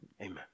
Amen